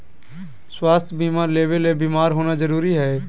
स्वास्थ्य बीमा लेबे ले बीमार होना जरूरी हय?